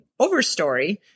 overstory